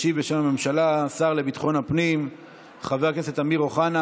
ישיב בשם הממשלה השר לביטחון הפנים חבר הכנסת אמיר אוחנה.